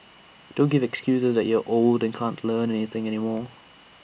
don't give excuses that you're old and can't Learn Anything anymore